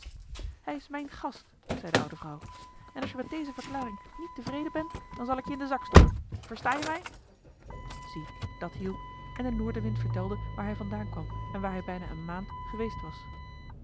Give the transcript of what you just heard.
hij is mijn gast zei de oude vrouw en als je met deze verklaring niet tevreden bent dan zal ik je in den zak stoppen versta je mij zie dat hielp en de noordenwind vertelde waar hij vandaan kwam en waar hij bijna een maand geweest was